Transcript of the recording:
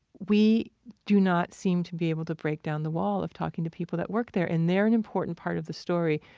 we do not seem to be able to break down the wall of talking to people that work there, and they're an important part of the story.